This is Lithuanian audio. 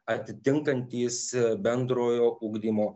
atitinkantys bendrojo ugdymo